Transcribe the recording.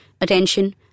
attention